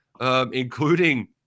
including